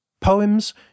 Poems